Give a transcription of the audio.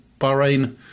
Bahrain